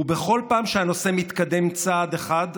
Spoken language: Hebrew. בכל פעם שהנושא מתקדם צעד אחד,